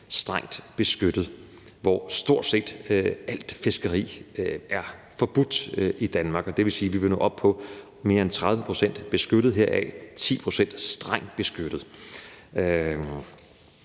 strengt beskyttet hav i Danmark, hvor stort set alt fiskeri er forbudt. Det vil sige, at vi vil nå op på mere end 30 pct. beskyttet hav, heraf 10 pct. strengt beskyttet.